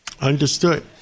Understood